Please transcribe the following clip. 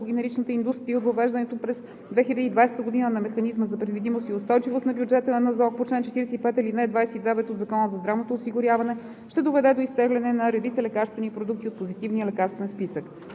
генеричната индустрия от въвеждането през 2020 г. на механизма за предвидимост и устойчивост на бюджета на НЗОК по чл. 45, ал. 29 от Закона за здравното осигуряване ще доведе до изтегляне на редица лекарствени продукти от Позитивния лекарствен списък.